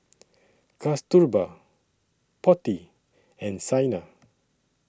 Kasturba Potti and Saina